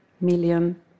million